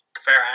Fair